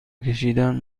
کشیدن